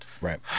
Right